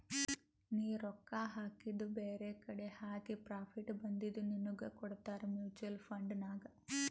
ನೀ ರೊಕ್ಕಾ ಹಾಕಿದು ಬೇರೆಕಡಿ ಹಾಕಿ ಪ್ರಾಫಿಟ್ ಬಂದಿದು ನಿನ್ನುಗ್ ಕೊಡ್ತಾರ ಮೂಚುವಲ್ ಫಂಡ್ ನಾಗ್